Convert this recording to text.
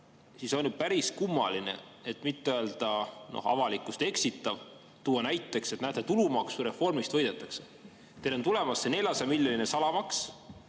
siis on päris kummaline, et mitte öelda avalikkust eksitav, tuua näiteks, et näete, tulumaksureformist võidetakse. Teil on tulemas see 400‑miljoniline salamaks.